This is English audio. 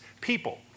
people